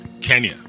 Kenya